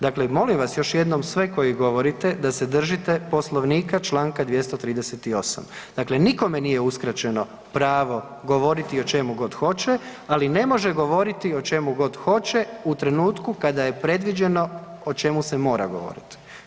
Dakle, molim vas još jednom sve koji govorite da se držite Poslovnika čl. 238. dakle, nikome nije uskraćeno pravo govoriti o čemu god hoće, ali ne može govoriti o čemu god hoće u trenutku kada je predviđeno o čemu se mora govoriti.